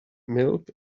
milk